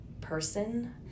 person